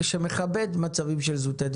שלום רב, אני מתכבד לפתוח את ישיבת הכלכלה.